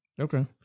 okay